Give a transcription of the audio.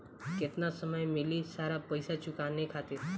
केतना समय मिली सारा पेईसा चुकाने खातिर?